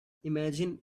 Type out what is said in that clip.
imagine